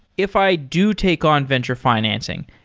if i do take on venture financing,